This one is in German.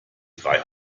frei